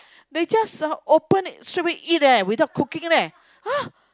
they just uh open straightaway eat leh without cooking leh !huh!